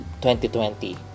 2020